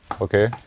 Okay